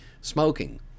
smoking